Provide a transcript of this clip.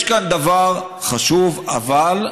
יש כאן דבר חשוב, אבל,